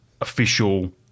official